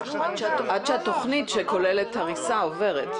עד שהתוכנית שכוללת הריסה עוברת.